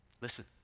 listen